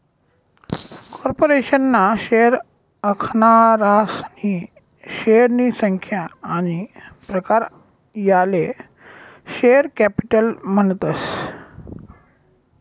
corporation ना share आखनारासनी शेअरनी संख्या आनी प्रकार याले शेअर कॅपिटल म्हणतस